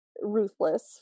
ruthless